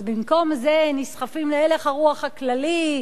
אז במקום זה נסחפים להלך הרוח הכללי,